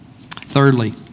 Thirdly